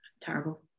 terrible